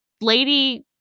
lady